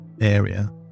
area